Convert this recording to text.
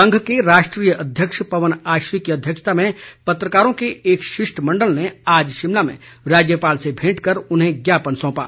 संघ के राष्ट्रीय अध्यक्ष पवन आश्री की अध्यक्षता में पत्रकारों के एक शिष्टमंडल ने आज शिमला में राज्यपाल से भेंट कर उन्हें ज्ञापन सौंपा